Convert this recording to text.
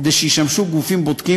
כדי שישמשו גופים בודקים,